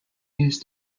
used